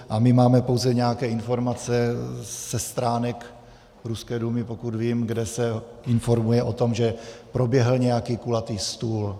A my máme pouze nějaké informace ze stránek ruské Dumy, pokud vím, kde se informuje o tom, že proběhl nějaký kulatý stůl.